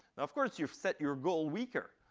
of course, you've set your goal weaker.